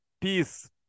peace